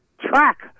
track